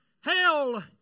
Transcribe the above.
hell